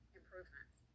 improvements